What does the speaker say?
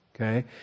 Okay